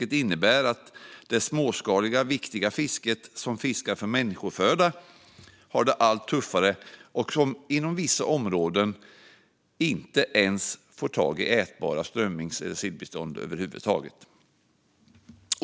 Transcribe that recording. Det innebär att det småskaliga viktiga fisket där man fiskar för människoföda har det allt tuffare. Inom vissa områden får man inte ens tag i ätbara strömmings eller sillbestånd över huvud taget.